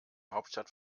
hauptstadt